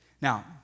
Now